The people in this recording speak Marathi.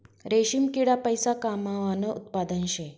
रेशीम किडा पैसा कमावानं उत्पादन शे